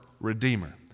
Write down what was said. Redeemer